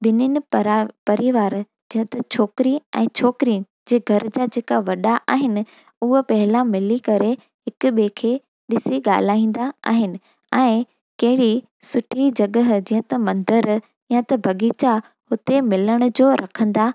ॿिन्हिनि परा परिवार जा द छोकिरीअ ऐं छोकिरे जे घर जा जेका वॾा आहिनि उहो पहिला मिली करे हिकु ॿिए खे ॾिसी ॻाल्हाईंदा आहिनि ऐं कहिड़ी सुठी जॻहि जीअं त मंदरु या त बग़ीचा उते मिलण जो रखंदा आहिनि